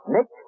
Nick